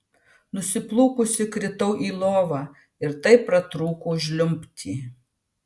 nusiplūkusi kritau į lovą ir taip pratrūkau žliumbti